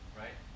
right